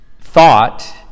thought